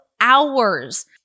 hours